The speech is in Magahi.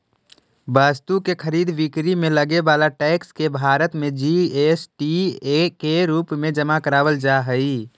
वस्तु के खरीद बिक्री में लगे वाला टैक्स के भारत में जी.एस.टी के रूप में जमा करावल जा हई